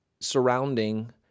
surrounding